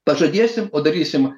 pažadėsim padarysim